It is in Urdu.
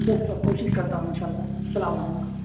ٹھیک سر کوشش کرتا ہوں ان شاء اللہ السلام علیکم